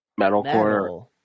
Metalcore